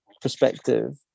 perspective